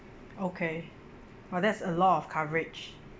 okay !wah! that's a lot of coverage